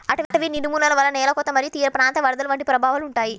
అటవీ నిర్మూలన వలన నేల కోత మరియు తీరప్రాంత వరదలు వంటి ప్రభావాలు ఉంటాయి